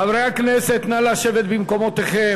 חברי הכנסת, נא לשבת במקומותיכם.